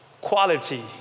quality